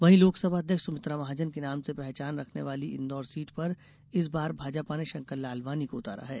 वहीं लोकसभा अध्यक्ष सुमित्रा महाजन के नाम से पहचान रखने वाली इंदौर सीट पर इस बार भाजपा ने शंकर लालवानी को उतारा है